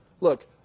Look